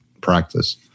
practice